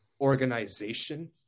organization